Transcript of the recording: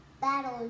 battle